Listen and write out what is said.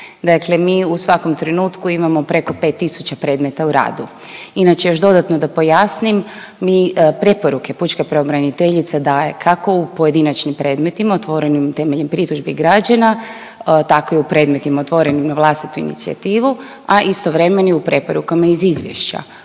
dakle mi u svakom trenutku imamo preko 5 tisuća predmeta u radu. Inače još dodatno da pojasnim, mi preporuke pučke pravobraniteljice daje kako u pojedinačnim predmetima otvorenim temeljem pritužbi građana, tako i u predmetima otvorenim na vlastitu inicijativu, a istovremeno i u preporukama iz izvješća.